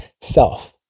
self